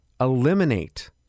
eliminate